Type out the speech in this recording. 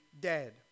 dead